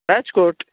Rajkot